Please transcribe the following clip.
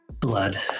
blood